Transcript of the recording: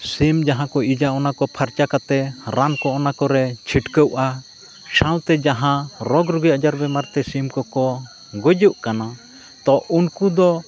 ᱥᱤᱢ ᱡᱟᱦᱟᱸ ᱠᱚ ᱤᱡᱟ ᱚᱱᱟ ᱠᱚ ᱯᱷᱟᱨᱪᱟ ᱠᱟᱛᱮᱫ ᱨᱟᱱ ᱠᱚ ᱚᱱᱟ ᱠᱚᱨᱮᱜ ᱪᱷᱤᱴᱠᱟᱹᱜᱼᱟ ᱥᱟᱶᱛᱮ ᱡᱟᱦᱟᱸ ᱨᱳᱜᱽ ᱨᱩᱜᱤ ᱟᱡᱟᱨ ᱵᱤᱢᱟᱨ ᱛᱮ ᱥᱤᱢ ᱠᱚᱠᱚ ᱜᱩᱡᱩᱜ ᱠᱟᱱᱟ ᱛᱚ ᱩᱱᱠᱩ ᱫᱚ